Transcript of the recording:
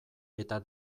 eta